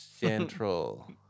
Central